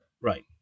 Right